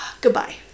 goodbye